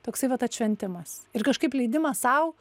toksai vat atšventimas ir kažkaip leidimas sau